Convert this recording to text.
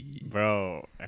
Bro